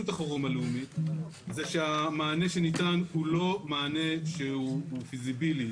החירום הלאומית זה שהמענה שניתן הוא לא מענה שהוא פיזיבילי.